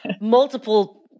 multiple